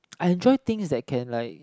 I enjoy things that can like